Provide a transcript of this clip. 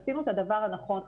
עשינו את הדבר הנכון,